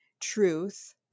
truth